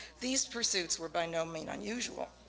these pursuits were by no means unusual.